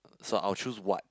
so I'll choose what